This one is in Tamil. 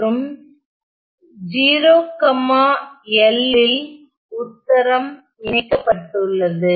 மற்றும் 0 l ல் உத்தரம் இணைக்கப்பட்டுள்ளது